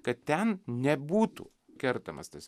kad ten nebūtų kertamas tas